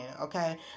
okay